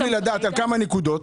בכמה נקודות